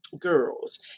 girls